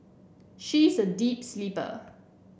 she is a deep sleeper